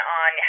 on